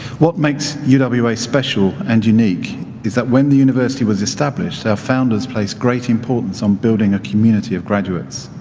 what makes you know uwa special and unique is that when the university was established our founders place great importance on building a community of graduates.